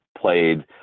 played